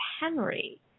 Henry